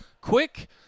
quick –